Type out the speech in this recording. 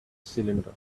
cylinder